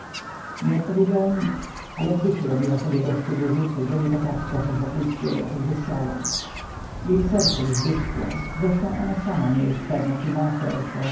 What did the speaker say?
nie odpowiedziała nic ale w duszy robiła sobie gorzkie wyrzuty że nie potrafi kochać wokulskiego choćby chciała już serce jej wyschło zresztą ona sama nie jest pewna czy ma serce